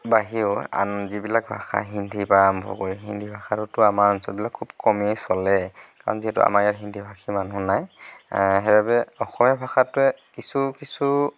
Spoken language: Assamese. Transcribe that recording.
বাহিৰেও আন যিবিলাক ভাষা হিন্দী পৰা আৰম্ভ কৰি হিন্দী ভাষাটোতো আমাৰ অঞ্চল খুব কমেই চলে কাৰণ যিহেতু আমাৰ ইয়াত হিন্দী ভাষী মানুহ নাই সেইবাবে অসমীয়া ভাষাটোৱে কিছু কিছু